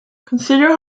consider